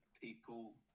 people